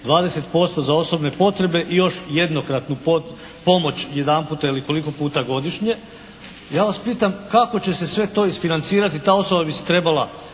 20% za osobne potrebe i još jednokratnu pomoć jedanputa ili koliko puta godišnje. Ja vas pitam kako će se sve to, isfinancirati ta osoba bi se trebala